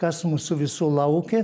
kas mūsų visų laukia